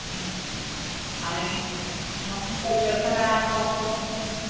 ହଁ ଆମେ ବି ସପରିବାର ସାରା ସମସ୍ତେ